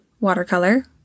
watercolor